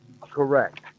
correct